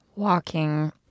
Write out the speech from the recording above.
Walking